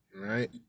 Right